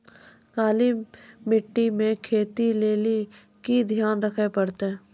काली मिट्टी मे खेती लेली की ध्यान रखे परतै?